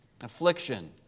affliction